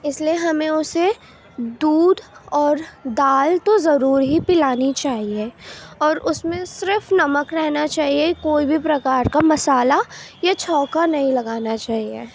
اس لیے ہمیں اسے دودھ اور دال تو ضرور ہی پلانی چاہیے اور اس میں صرف نمک رہنا چاہیے کوئی بھی پرکار کا مسالہ یا چھوکا نہیں لگانا چاہیے